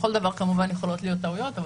בכל דבר כמובן יכולות להיות טעויות אבל